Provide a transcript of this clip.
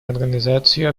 организацию